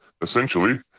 essentially